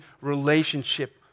relationship